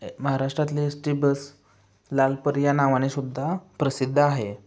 महाराष्ट्रातली S T bus लाल परी या नावानेसुद्धा प्रसिद्ध आहे